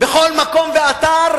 בכל מקום ואתר,